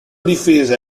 difesa